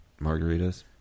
margaritas